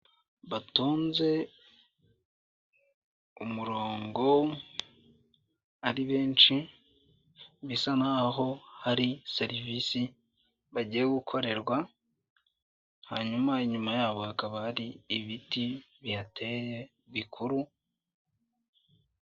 Batonze umurongo ari benshi bisa naho hari serivisi bagiye gukorerwa, hanyuma inyuma yabo hakaba hari ibiti bihateye bikuru.